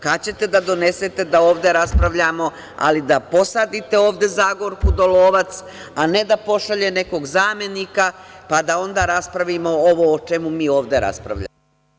Kad ćete da donesete da ovde raspravljamo, ali da posadite ovde Zagorku Dolovac, a ne da pošalje nekog zamenika, pa da onda raspravimo ovo o čemu mi ovde raspravljamo?